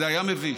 זה היה מביש.